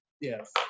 Yes